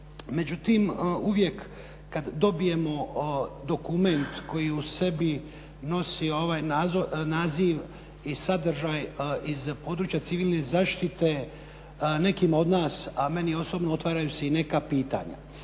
Međutim, uvijek kad dobijemo dokument koji u sebi nosi ovaj naziv i sadržaj iz područja civilne zaštite, nekima od nas, a meni osobno otvaraju se i neka pitanja.